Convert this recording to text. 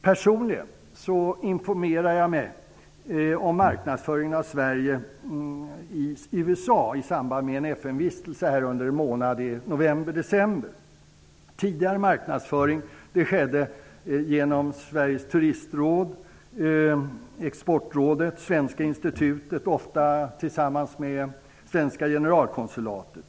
Personligen informerade jag mig om marknadsföringen av Sverige som turistland i USA i samband med en FN-vistelse under en månad i november-december. Tidigare marknadsföring i USA skedde i princip genom Turistrådet, Exportrådet och Svenska Institutet, ofta tillsammans med svenska generalkonsulatet.